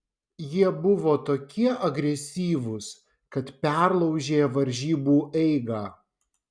jie buvo tokie agresyvūs kad perlaužė varžybų eigą